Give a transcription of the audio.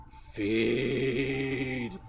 Feed